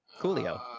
Coolio